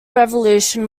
revolution